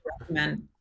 recommend